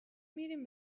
میریم